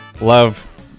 Love